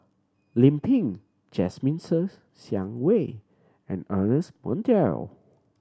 Lim Pin Jasmine Ser Xiang Wei and Ernest Monteiro